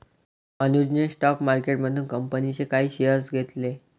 अनुजने स्टॉक मार्केटमधून कंपनीचे काही शेअर्स घेतले